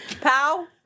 pal